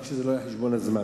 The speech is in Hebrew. רק שזה לא יהיה על חשבון הזמן,